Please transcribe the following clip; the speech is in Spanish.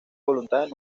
voluntad